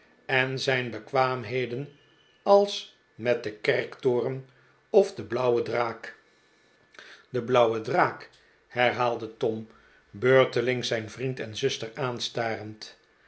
en zijn bekwaamheden als met den kerktoren of de blauwe draak de blauwe draak herhaalde tom beurtelings zijn vriend en zijn zuster aanstarend